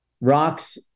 rocks